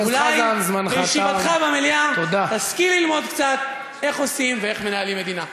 אולי בישיבתך במליאה תשכיל ללמוד קצת איך עושים ואיך מנהלים מדינה.